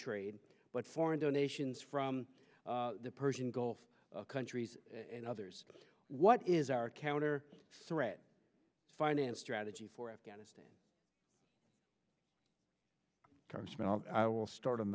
trade but foreign donations from the persian gulf countries and others what is our counter threat finance strategy for afghanistan will start on